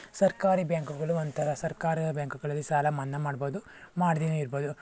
ಸರ್ಕಾರಿ ಬ್ಯಾಂಕುಗಳು ಒಂಥರ ಸರ್ಕಾರದ ಬ್ಯಾಂಕುಗಳಲ್ಲಿ ಸಾಲ ಮನ್ನಾ ಮಾಡ್ಬೋದು ಮಾಡ್ದೇ ಇರ್ಬೋದು